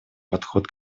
подход